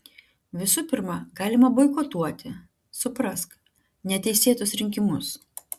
visų pirma galima boikotuoti suprask neteisėtus rinkimus